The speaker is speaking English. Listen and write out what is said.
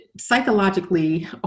psychologically